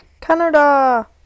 Canada